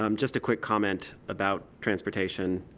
um just a quick comment about transportation,